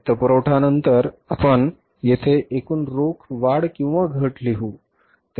वित्तपुरवठा नंतर आपण येथे एकूण रोख वाढ घट लिहू